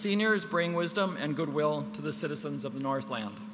seniors bring wisdom and goodwill to the citizens of the north la